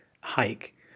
hike